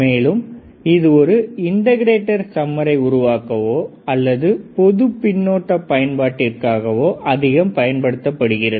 மேலும் இது ஒரு இன்டகிரேட்டர் சம்மரை உருவாக்குவோ அல்லது பொது பின்னோட்ட பயன்பாட்டிற்காகவோ அதிகம் பயன்படுகிறது